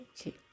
okay